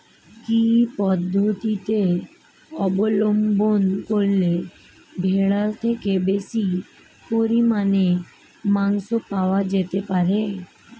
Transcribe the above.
কি পদ্ধতিতে অবলম্বন করলে ভেড়ার থেকে বেশি পরিমাণে মাংস পাওয়া যেতে পারে?